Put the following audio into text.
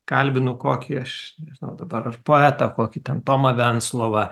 kalbinu kokį aš nežinau dabar poetą kokį ten tomą venclovą